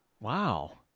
Wow